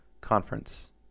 Conference